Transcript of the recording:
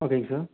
ஓகேங்க சார்